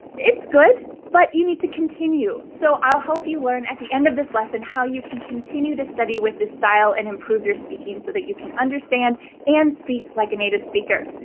it's good, but you need to continue, so i'll help you learn at the end of this lesson how you can continue to study with this style, and improve your speaking so that you can understand and speak like a native speaker.